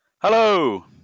Hello